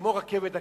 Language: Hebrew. כמו הרכבת הקלה,